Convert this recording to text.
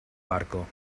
barco